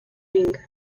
ring